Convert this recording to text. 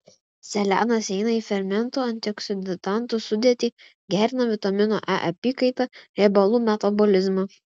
selenas įeina į fermentų antioksidantų sudėtį gerina vitamino e apykaitą riebalų metabolizmą